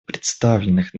представленных